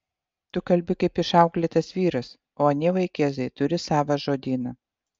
tu kalbi kaip išauklėtas vyras o anie vaikėzai turi savą žodyną